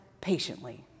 patiently